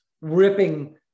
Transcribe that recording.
ripping